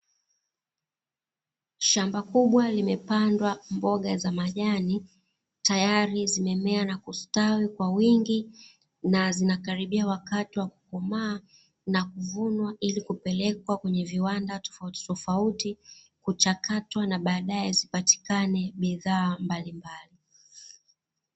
Shamba kubwa limepandwa mboga za majani, tayari zimemea na kustawi kwa wingi, na zinakaribia wakati wa kukomaa na kuvunwa ili kupelekwa kwenye viwanda tofautitofauti, kuchakatwa na baadaye zipatikane bidhaa mbalimbali.